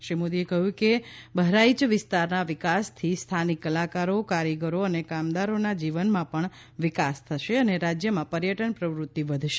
શ્રી મોદીએ કહ્યું કે બહરાઇય વિસ્તારના વિકાસથી સ્થાનિક કલાકારો કારીગરો અને કામદારોના જીવનમાં પણ વિકાસ થશે અને રાજ્યમાં પર્યટન પ્રવૃત્તિ વધશે